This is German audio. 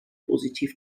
positiv